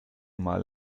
mal